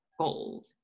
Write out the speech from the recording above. gold